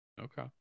Okay